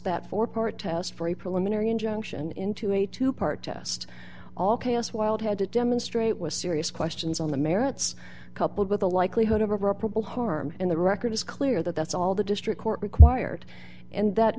that four part test for a preliminary injunction into a two part test all chaos wild had to demonstrate with serious questions on the merits coupled the likelihood of a propos harm in the record is clear that that's all the district court required and that